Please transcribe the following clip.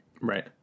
Right